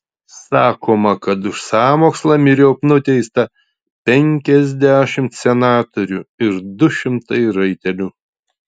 sakoma kad už sąmokslą myriop nuteista penkiasdešimt senatorių ir du šimtai raitelių